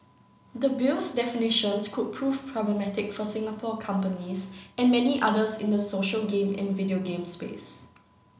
the Bill's definitions could prove problematic for Singapore companies and many others in the social game and video game space